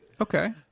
Okay